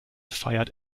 feiert